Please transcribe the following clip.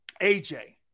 AJ